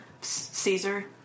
Caesar